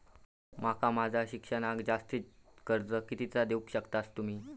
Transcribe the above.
माका माझा शिक्षणाक जास्ती कर्ज कितीचा देऊ शकतास तुम्ही?